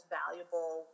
valuable